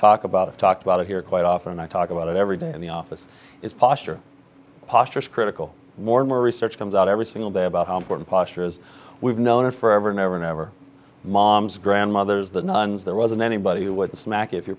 talk about have talked about it here quite often and i talk about it every day in the office is posture posture is critical more and more research comes out every single day about how important posture is we've known it forever never never moms grandmothers the nuns there wasn't anybody who would smack if your